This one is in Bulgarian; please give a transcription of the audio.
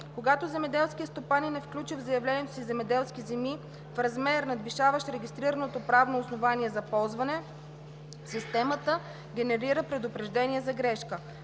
Когато земеделският стопанин е включил в заявлението си земеделски земи в размер, надвишаващ регистрираното правно основание за ползване, системата генерира предупреждение за грешка.